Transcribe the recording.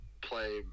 Play